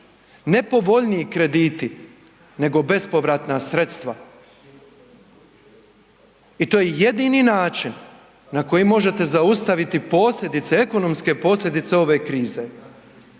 ne povoljniji krediti nego bespovratna sredstva. I to je jedini način na koji možete zaustaviti posljedice, ekonomske posljedice ove krize.